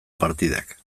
partidak